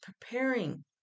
preparing